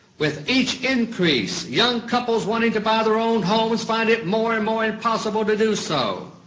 with each increase, young couples wanting to buy their own homes find it more and more impossible to do so.